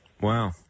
Wow